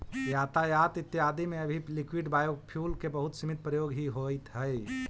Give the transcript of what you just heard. यातायात इत्यादि में अभी लिक्विड बायोफ्यूल के बहुत सीमित प्रयोग ही होइत हई